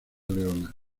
leona